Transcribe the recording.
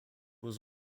was